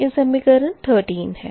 यह समीकरण 13 है